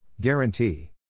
Guarantee